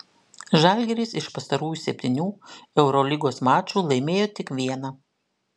žalgiris iš pastarųjų septynių eurolygos mačų laimėjo tik vieną